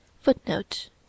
Footnote